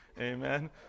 Amen